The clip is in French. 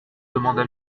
demanda